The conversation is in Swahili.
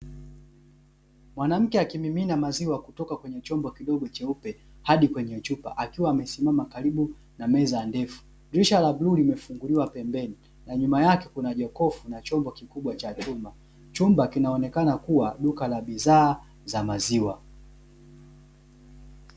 Mwanamke akimimina maziwa kutoka kwenye chombo kidogo cheupe hadi kwenye chupa akiwa amesimama karibu na meza ndefu, dirisha la bluu limefunguliwa pembeni na nyuma yake kuna jokofu na chombo kikubwa cha chuma, chumba kinaonekana kuwa duka la bidhaa za maziwa.